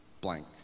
blank